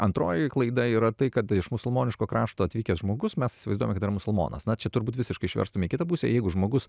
antroji klaida yra tai kad iš musulmoniško krašto atvykęs žmogus mes įsivaizduojame kad yra musulmonas na čia turbūt visiškai išverstume į kitą pusę jeigu žmogus